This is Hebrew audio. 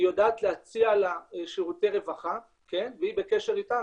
היא יודעת להציע לה שירותי רווחה והיא בקשר איתה,